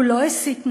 הוא לא הסית נגדם.